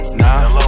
nah